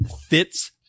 fits